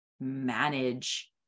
manage